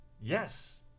yes